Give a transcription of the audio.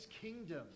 kingdom